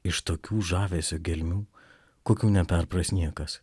iš tokių žavesio gelmių kokių neperpras niekas